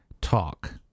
Talk